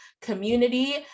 community